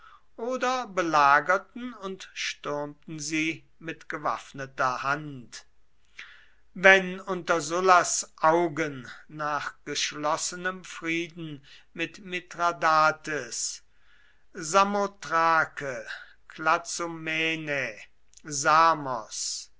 oder belagerten und stürmten sie mit gewaffneter hand wenn unter sullas augen nach geschlossenem frieden mit mithradates samothrake klazomenä samos